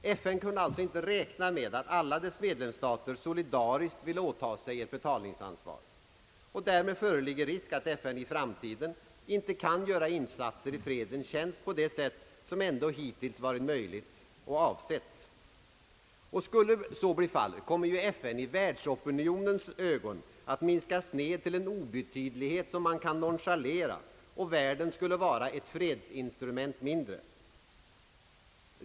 FN kunde alltså inte räkna med att alla dess medlemsstater solidariskt ville åta sig ett betalningsansvar. Därmed föreligger risk att FN i framtiden inte kan göra insatser i fredens tjänst på det sätt som ändå hittills varit möjligt och avsetts. Skulle så bli fallet, komme ju FN i världsopinionens ögon att minskas ned till en obetydlighet som man kan nonchalera, och världen skulle vara ett fredsinstrument fattigare.